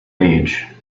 age